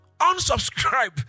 unsubscribe